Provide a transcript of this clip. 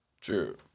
True